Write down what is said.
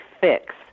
fix